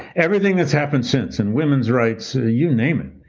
everything that's happened since, in women's rights, ah you name it,